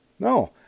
No